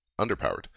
underpowered